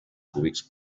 cúbics